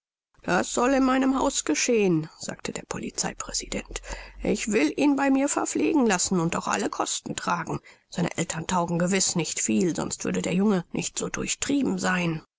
das soll in meinem haus geschehen sagte der polizei präsident ich will ihn bei mir verpflegen lassen und auch alle kosten tragen seine eltern taugen gewiß nicht viel sonst würde der junge nicht so durchtrieben sein